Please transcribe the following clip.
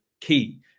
key